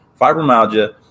fibromyalgia